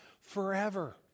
forever